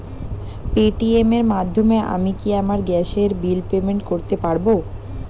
Paytm এর মাধ্যমে আমি কি আমার গ্যাসের বিল পেমেন্ট করতে পারব?